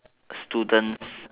students